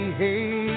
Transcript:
hey